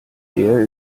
der